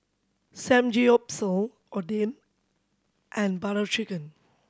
Samgyeopsal Oden and Butter Chicken